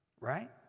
Right